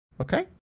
Okay